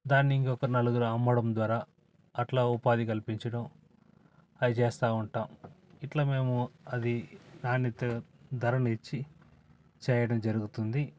దాన్ని ఇంకొక నలుగురు అమ్మడం ద్వారా అట్లా ఉపాధి కల్పించడం అయి చేస్తూ ఉంటాం ఇట్ల మేము అది నాణ్యత ధరను ఇచ్చి చేయడం జరుగుతుంది